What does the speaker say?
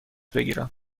بگیرم